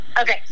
Okay